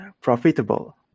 profitable